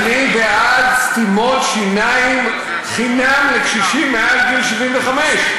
אני בעד סתימות שיניים חינם לקשישים מעל גיל 75,